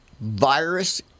virus